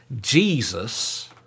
Jesus